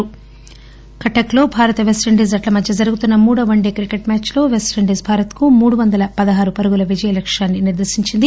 cricket Cuttack లో Bharat West Indies జట్ల మధ్య జరుగుతున్న మూడవ వన్డే క్రికెట్ మ్యాద్లో పెస్టిండీస్ భారత్ కు మూడు వందల పదహారు పరుగుల విజయ లక్యాన్ని నిర్దేశించింది